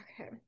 Okay